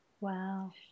Wow